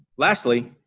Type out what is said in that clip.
lastly,